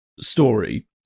story